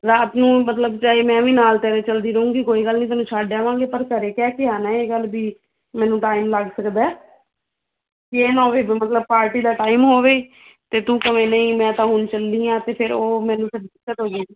ਰਾਤ ਨੂੰ ਮਤਲਬ ਚਾਹੇ ਮੈਂ ਵੀ ਨਾਲ ਤੇਰੇ ਚਲਦੀ ਰਹੂੰਗੀ ਕੋਈ ਗੱਲ ਨਹੀਂ ਤੈਨੂੰ ਛੱਡ ਆਵਾਂਗੇ ਪਰ ਘਰੇ ਕਹਿ ਕੇ ਆਣਾ ਇਹ ਗੱਲ ਵੀ ਮੈਨੂੰ ਟਾਈਮ ਲੱਗ ਸਕਦਾ ਵੀ ਇਹ ਨਾ ਹੋਵੇ ਮਤਲਬ ਪਾਰਟੀ ਦਾ ਟਾਈਮ ਹੋਵੇ ਤੇ ਤੂੰ ਕਵੇਂ ਨਹੀਂ ਮੈਂ ਤਾਂ ਹੁਣ ਚੱਲੀ ਆਂ ਤੇ ਫਿਰ ਉਹ ਮੈਨੂੰ ਫਿਰ ਦਿੱਕਤ ਹੋਜੇਗੀ